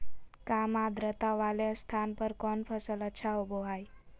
काम आद्रता वाले स्थान पर कौन फसल अच्छा होबो हाई?